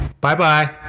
Bye-bye